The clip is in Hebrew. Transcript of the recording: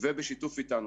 ובשיתוף אתנו.